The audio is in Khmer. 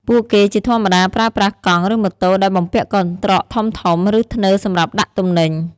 ពួកគេជាធម្មតាប្រើប្រាស់កង់ ឬម៉ូតូដែលបំពាក់កន្ត្រកធំៗ ឬធ្នើរសម្រាប់ដាក់ទំនិញ។